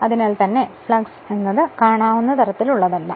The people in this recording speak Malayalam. അതിനാൽ തന്നെ ഫ്ളക്സ് എന്നാത് കാണാവുന്ന തരത്തിലുള്ളതല്ല